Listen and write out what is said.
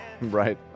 right